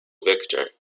victor